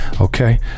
okay